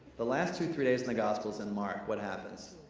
the last two, three days in the gospels in mark, what happens?